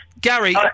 Gary